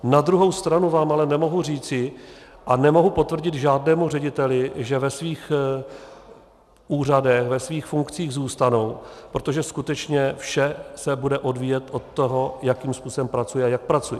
Na druhou stranu vám ale nemohu říci a nemohu potvrdit žádnému řediteli, že ve svých úřadech, ve svých funkcích zůstanou, protože skutečně vše se bude odvíjet od toho, jakým způsobem pracuje a jak pracuje.